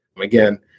Again